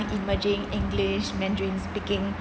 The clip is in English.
emerging english mandarin speaking